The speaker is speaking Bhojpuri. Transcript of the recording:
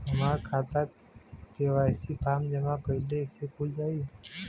हमार खाता के.वाइ.सी फार्म जमा कइले से खुल जाई?